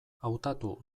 hautatu